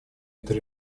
этой